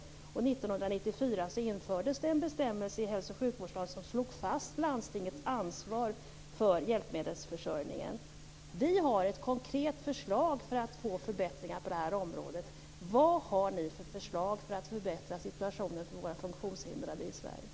1994 infördes en bestämmelse i hälso och sjukvårdslagen som slog fast landstingets ansvar för hjälpmedelsförsörjningen. Vi har ett konkret förslag för att få förbättringar på det här området. Vad har ni för förslag för att förbättra situationen för våra funktionshindrade i Sverige?